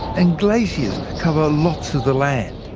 and glaciers cover lots of the land.